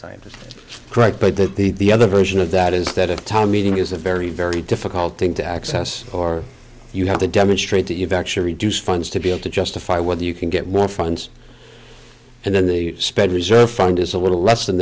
scientists right but that the the other version of that is that a town meeting is a very very difficult thing to access or you have to demonstrate that you've actually reduced funds to be able to justify whether you can get more funds and then the spread reserve fund is a little less than